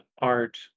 art